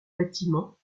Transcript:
bâtiments